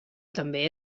també